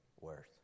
worth